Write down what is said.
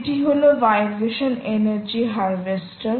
এটি হল vibration energy harvester